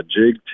jig